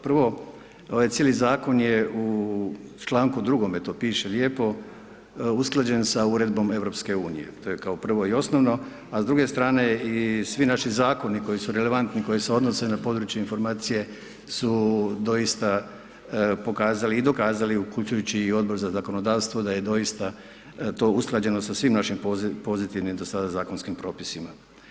Prvo, ovaj cijeli zakon je u čl. 2. to piše lijepo, usklađen sa Uredbom EU, to je kao prvo i osnovno, a s druge strane svi naši zakoni, koji su relevantni koji se odnose na područje informacije su doista pokazali i dokazali, uključujući i Odbor za zakonodavstvo, da je dosita to usklađeno sa svim našim pozitivnim do sada zakonskim propisima.